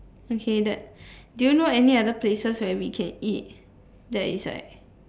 okay that do you know any other places where we can eat that is like